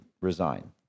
resign